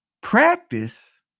practice